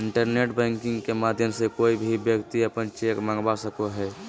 internet banking के माध्यम से कोय भी व्यक्ति अपन चेक मंगवा सको हय